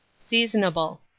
Seasonable